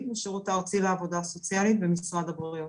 בשירות הארצי לעובדה סוציאלית במשרד הבריאות.